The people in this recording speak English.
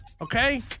Okay